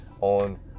on –